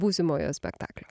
būsimojo spektaklio